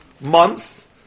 month